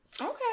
okay